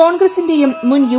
കോൺഗ്രസിന്റെയും മുൻ യു